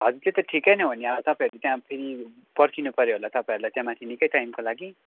हजुर त्यो त ठिकै नै हो नि अब तपाईँहरूले त्यहाँ फेरि पर्खिनु पऱ्यो होला तपाईँहरूलाई त्यहाँ माथि निकै टाइमको लागि